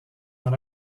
dans